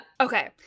Okay